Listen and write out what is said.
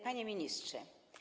Panie Ministrze!